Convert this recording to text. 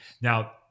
Now